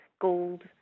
gold